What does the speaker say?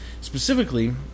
Specifically